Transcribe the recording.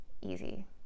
easy